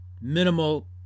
minimal